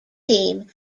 team